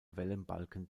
wellenbalken